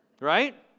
Right